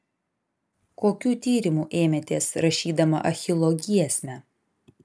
kokių tyrimų ėmėtės rašydama achilo giesmę